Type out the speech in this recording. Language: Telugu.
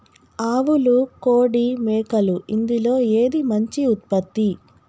ఆవులు కోడి మేకలు ఇందులో ఏది మంచి ఉత్పత్తి?